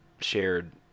shared